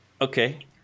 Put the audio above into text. Okay